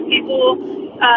people